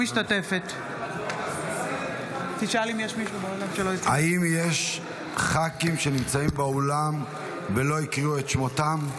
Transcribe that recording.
משתתפת בהצבעה האם יש ח"כים שנמצאים באולם ולא הקריאו את שמם?